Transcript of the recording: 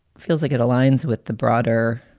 feels like it aligns with the broader